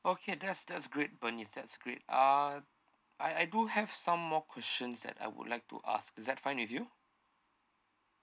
okay that's that's great bernice that's great uh I I do have some more questions that I would like to ask is that fine with you